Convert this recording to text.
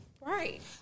Right